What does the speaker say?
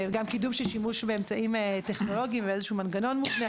גם קידום של שימוש באמצעים טכנולוגיים ומנגנון מובנה.